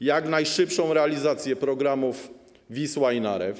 jak najszybszą realizację programów ˝Wisła˝ i ˝Narew˝